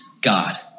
God